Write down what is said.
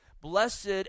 blessed